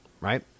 Right